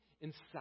inside